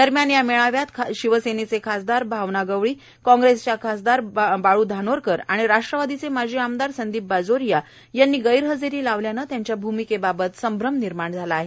दरम्यान या मेळाव्यात शिवसेना खासदार भावना गवळी काँग्रेस खासदार बाळू धानोरकर आणि राष्ट्रवादीचे माजी आमदार संदीप बाजोरिया यांनी गैरहजेरी लावल्याने त्यांच्या भूमिकेबाबत संभ्रम निर्माण झाला आहे